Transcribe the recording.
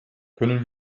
können